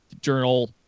journal